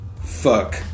Fuck